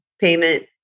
payment